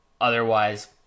otherwise